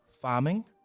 farming